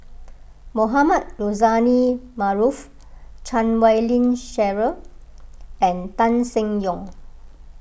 Mohamed Rozani Maarof Chan Wei Ling Cheryl and Tan Seng Yong